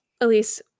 Elise